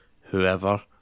whoever